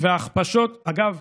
וההכפשות אגב,